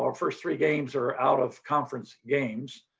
our first three games are out of conference games.